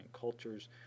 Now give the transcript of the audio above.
cultures